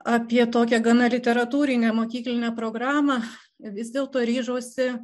apie tokią gana literatūrinę mokyklinę programą vis dėlto ryžausi